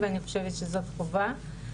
ואני חושבת שזאת חובה,